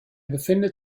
befindet